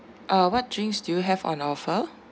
uh what drinks do you have on offer